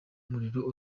umuriro